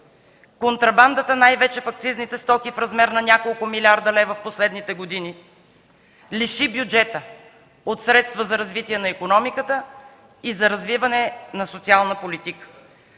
Контрабандата, най-вече с акцизните стоки в размер на няколко милиарда лева в последните години, лиши бюджета от средства за развитие на икономиката и за развиване на социална политика,